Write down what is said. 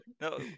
No